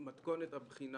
מתכונת הבחינה